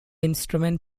instrument